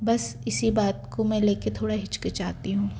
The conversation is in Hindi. बस इसी बात को मैं लेके थोड़ा हिचकिचाती हूँ